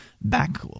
back